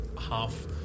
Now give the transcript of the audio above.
half